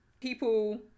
people